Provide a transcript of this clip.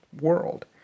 world